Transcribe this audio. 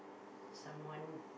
someone